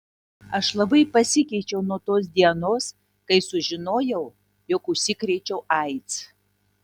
aš labai pasikeičiau nuo tos dienos kai sužinojau jog užsikrėčiau aids